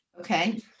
Okay